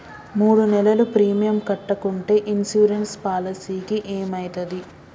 మూడు నెలలు ప్రీమియం కట్టకుంటే ఇన్సూరెన్స్ పాలసీకి ఏమైతది?